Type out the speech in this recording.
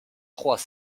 trois